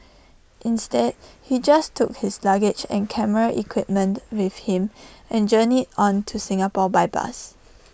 instead he just took his luggage and camera equipment with him and journeyed on to Singapore by bus